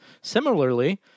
similarly